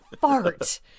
fart